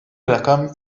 rakam